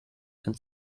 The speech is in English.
and